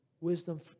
wisdom